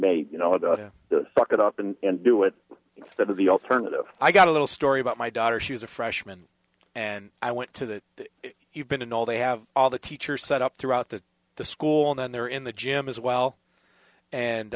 made you know suck it up and do it that the alternative i got a little story about my daughter she was a freshman and i went to that you've been in all they have all the teachers set up throughout the school then they're in the gym as well and